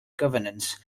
governance